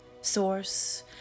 source